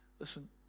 listen